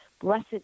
Blessed